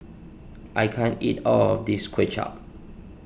I can't eat all of this Kuay Chap